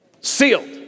Sealed